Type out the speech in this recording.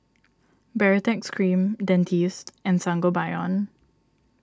Baritex Cream Dentiste and Sangobion